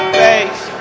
face